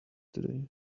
today